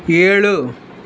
ஏழு